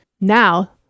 Now